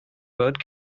word